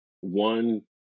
one